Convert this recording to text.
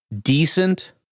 decent